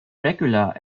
regular